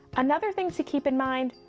another thing to keep in mind,